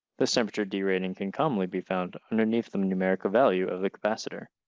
this temperature derating can commonly be found underneath the numerical value of the capacitor.